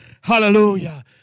Hallelujah